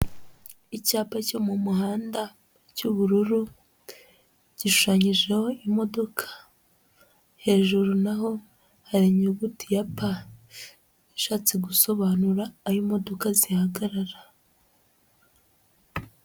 Icyapa cyo mu muhanda cy'ubururu, gishushanyijeho imodoka, hejuru na ho hari inyuguti ya P, ishatse gusobanura aho imodoka zihagarara.